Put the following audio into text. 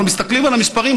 אנחנו מסתכלים על המספרים,